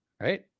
right